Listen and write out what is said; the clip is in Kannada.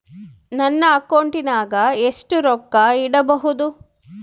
ನನ್ನ ಅಕೌಂಟಿನಾಗ ಎಷ್ಟು ರೊಕ್ಕ ಇಡಬಹುದು?